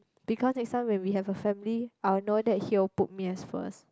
because next time when we have a family I'll know that he'll put me as first